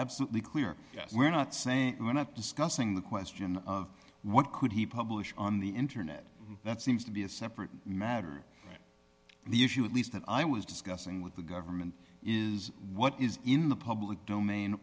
absolutely clear we're not saying we're not discussing the question of what could he published on the internet that seems to be a separate matter and the issue at least that i was discussing with the government is what is in the public domain